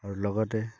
আৰু লগতে